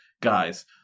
guys